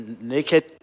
naked